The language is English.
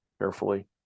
carefully